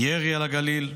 ירי על הגליל,